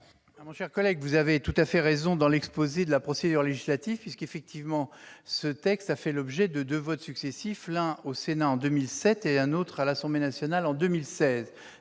Mon cher collègue, vous avez tout à fait raison s'agissant de la procédure législative. Effectivement, ce texte a fait l'objet de deux votes successifs : l'un au Sénat, en 2007, et un autre à l'Assemblée nationale, en 2016.